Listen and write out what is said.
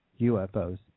UFOs